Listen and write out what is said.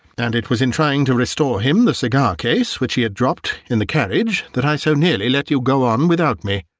and it was in trying to restore him the cigar-case which he had dropped in the carriage that i so nearly let you go on without me.